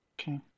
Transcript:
Okay